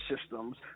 systems